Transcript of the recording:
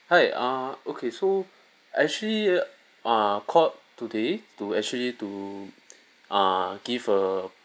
hi uh okay so actually uh called today to actually to uh give a